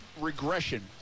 regression